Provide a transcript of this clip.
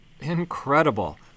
Incredible